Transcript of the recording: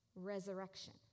Resurrection